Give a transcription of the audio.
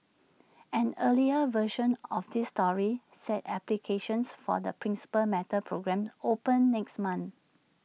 an earlier version of this story said applications for the Principal Matters programme open next month